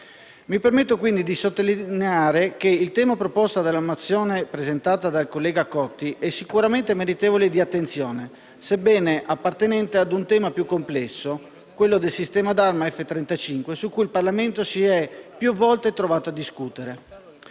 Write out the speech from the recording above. Mi permetto di sottolineare che il tema proposto dalla mozione presentata dal collega Cotti è sicuramente meritevole di attenzione, sebbene appartenente a un tema più complesso, quello del sistema d'arma F35, su cui il Parlamento si è più volte trovato a discutere.